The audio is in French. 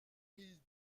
mille